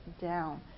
down